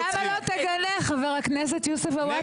אז למה לא תגנה, חבר הכנסת יוסף עטאונה?